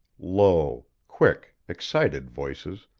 low, quick, excited voices,